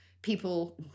people